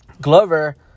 Glover